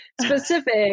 specific